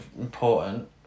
important